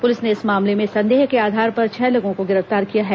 police ने इस मामले में संदेह के आधार पर छह लोगों को गिरफ्तार किया है